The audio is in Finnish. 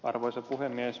arvoisa puhemies